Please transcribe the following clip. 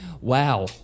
wow